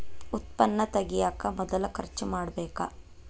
ಉತ್ಪನ್ನಾ ತಗಿಯಾಕ ಮೊದಲ ಖರ್ಚು ಮಾಡಬೇಕ